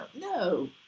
No